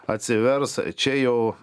atsivers čia jau